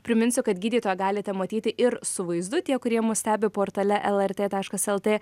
priminsiu kad gydytoją galite matyti ir su vaizdu tie kurie mus stebi portale lrt taškas lt